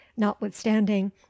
notwithstanding